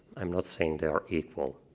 i'm not saying they are equal.